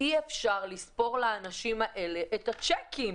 אי אפשר לספור לאנשים האלה את השיקים.